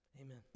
amen